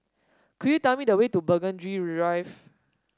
could you tell me the way to Burgundy Drive